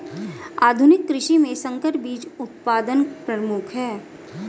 आधुनिक कृषि में संकर बीज उत्पादन प्रमुख है